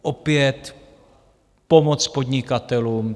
Opět pomoc podnikatelům.